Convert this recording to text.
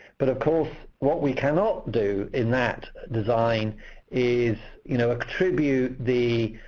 but of course, what we cannot do in that design is you know attribute the